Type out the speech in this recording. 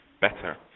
better